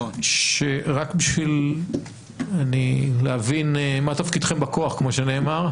רק בשביל להבין מה תפקידכם בכוח, כמו שנאמר.